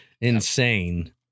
Insane